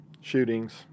shootings